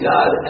God